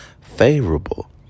favorable